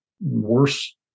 worse